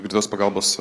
greitosios pagalbos